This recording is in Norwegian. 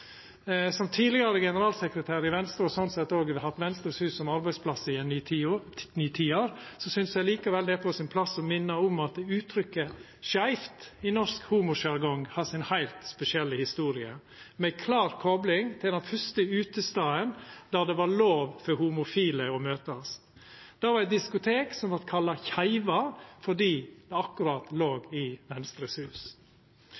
Som tidlegare generalsekretær i Venstre, og som ein som har hatt Venstres Hus som arbeidsplass i ni–ti år, synest eg det er på sin plass å minna om at uttrykket «skeivt» i norsk homosjargong har sin heilt spesielle historie, med ei klar kopling til den fyrste utestaden der det var lov for homofile å møtast. Det var eit diskotek som vart kalla «Keiva» fordi det låg akkurat